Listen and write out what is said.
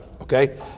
okay